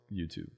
YouTube